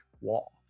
wall